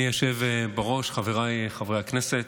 אדוני היושב-ראש, חבריי חברי הכנסת,